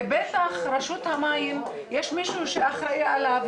ובטח רשות המים, יש מישהו שאחראי עליה.